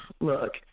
Look